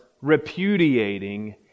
repudiating